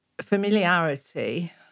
familiarity